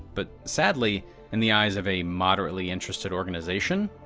but sadly in the eyes of a moderately interested organisation,